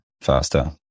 faster